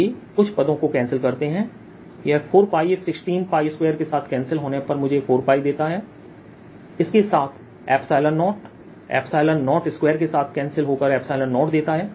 आइए कुछ पदों को कैंसिल करते हैं यह 4 इस162के साथ कैंसिल होने पर मुझे4देता है इसके साथ 0 02के साथ कैंसिल होकर 0देता है